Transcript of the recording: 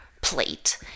plate